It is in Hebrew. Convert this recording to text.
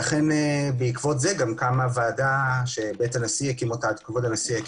ואכן בעקבות זה קמה ועדה שכבוד הנשיא הקים אותה.